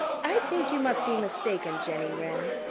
i think you must be mistaken, jenny wren.